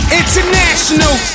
international